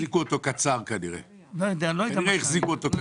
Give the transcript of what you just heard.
כנראה החזיקו אותו קצר.